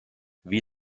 wie